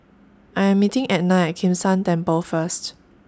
I Am meeting Etna At Kim San Temple First